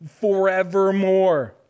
forevermore